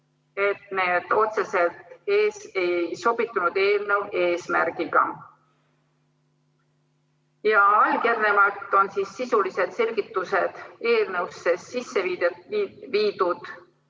et need otseselt ei sobitunud eelnõu eesmärgiga. Järgnevalt on sisulised selgitused eelnõusse sisse viidud